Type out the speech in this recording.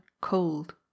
cold